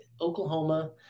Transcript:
Oklahoma